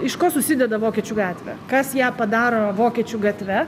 iš ko susideda vokiečių gatvė kas ją padaro vokiečių gatve